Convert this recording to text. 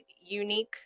unique